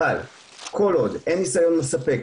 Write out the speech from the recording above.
אבל כל עוד אין ניסיון לספק,